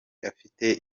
afite